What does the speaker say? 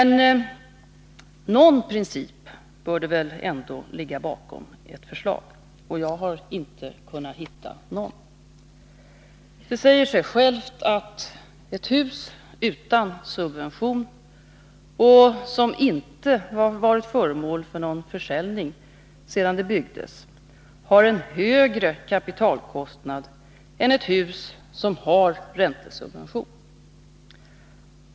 Någon princip bör det väl ändå ligga bakom ert förslag, men jag har inte kunnat hitta någon. Det säger sig självt att ett hus som inte har räntesubvention och som inte har varit föremål för någon försäljning sedan det byggdes har en högre kapitalkostnad än ett hus som har räntesubvention.